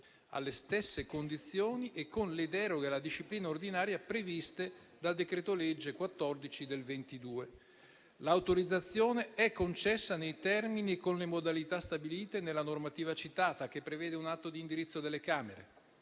alle stesse condizioni e con le deroghe alla disciplina ordinaria previste dal decreto-legge n. 14 del 2022. L'autorizzazione è concessa nei termini e con le modalità stabiliti nella normativa citata, che prevede un atto di indirizzo delle Camere